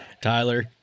Tyler